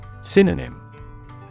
Synonym